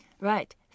Right